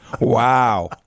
Wow